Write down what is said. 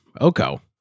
Oko